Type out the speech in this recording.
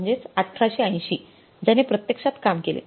म्हणजेच 1880 ज्याने प्रत्यक्षात काम केले